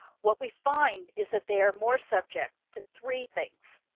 what we find is that they are more subject to three things.